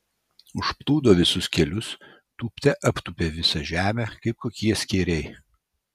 užplūdo visus kelius tūpte aptūpė visą žemę kaip kokie skėriai